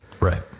Right